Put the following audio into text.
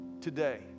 today